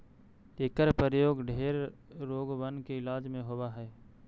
एकर प्रयोग ढेर रोगबन के इलाज में होब हई